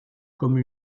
comme